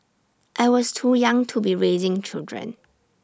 I was too young to be raising children